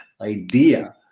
idea